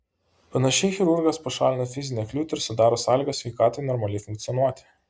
panašiai chirurgas pašalina fizinę kliūtį ir sudaro sąlygas sveikatai normaliai funkcionuoti